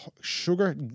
sugar